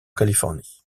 californie